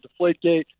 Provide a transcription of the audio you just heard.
Deflategate